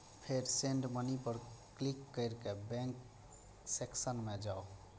फेर send money पर click कैर के बैंक सेक्शन मे जाउ